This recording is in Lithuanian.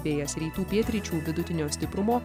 vėjas rytų pietryčių vidutinio stiprumo